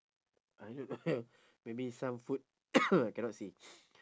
ah here got have maybe some food I cannot see